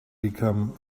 become